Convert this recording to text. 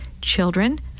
Children